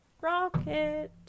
Rocket